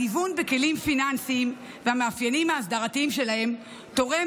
הגיוון בכלים הפיננסיים והמאפיינים האסדרתיים שלהם תורם